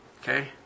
Okay